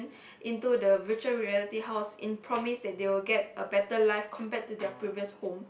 into the virtual reality house in promise that they will get a better life compared to their previous home